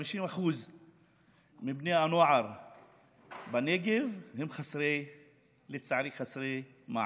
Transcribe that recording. כ-50% מבני הנוער בנגב, לצערי, הם חסרי מעש.